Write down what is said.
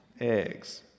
eggs